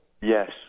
Yes